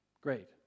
Great